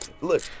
Look